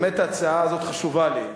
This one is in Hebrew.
באמת ההצעה הזאת חשובה לי,